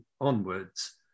onwards